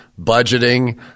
budgeting